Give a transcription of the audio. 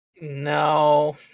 No